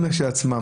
אתמול